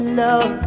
love